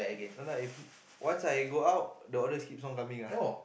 no no if once I go out the orders keeps on coming ah